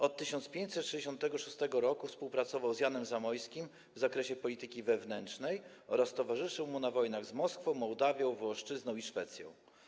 Od 1566 r. współpracował z Janem Zamoyskim w zakresie polityki wewnętrznej oraz towarzyszył mu na wojnach z Moskwą, Mołdawią, Wołoszczyzną i ze Szwecją.